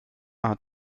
hat